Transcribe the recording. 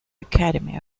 academy